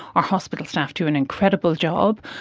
our hospital staff do an incredible job.